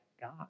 God